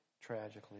tragically